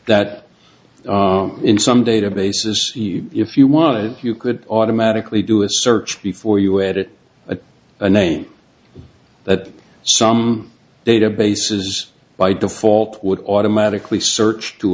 that in some databases if you want you could automatically do a search before you had it a name that some databases by default would automatically search to